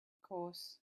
course